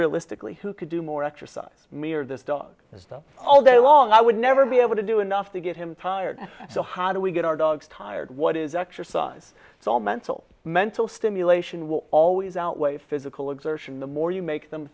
realistically who could do more exercise me or this dog is that all day long i would never be able to do enough to get him tired so how do we get our dogs tired what is exercise so mental mental stimulation will always outweigh physical exertion the more you make them